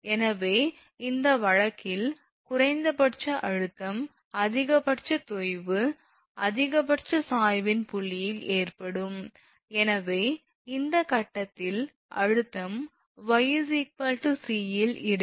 எனவே இந்த வழக்கில் குறைந்தபட்ச அழுத்தம் அதிகபட்ச தொய்வு அதிகபட்ச சாய்வின் புள்ளியில் ஏற்படும் எனவே இந்த கட்டத்தில் அழுத்தம் 𝑦 𝑐 இல் இருக்கும்